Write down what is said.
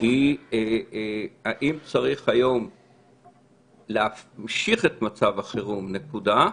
היא האם צריך היום להמשיך את מצב החירום, נקודה,